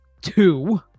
two